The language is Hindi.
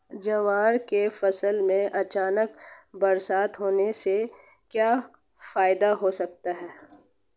ज्वार की फसल में अचानक बरसात होने से क्या फायदा हो सकता है?